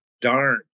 darn